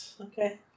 Okay